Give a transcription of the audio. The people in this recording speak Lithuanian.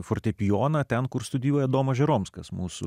fortepijoną ten kur studijuoja domas žeromskas mūsų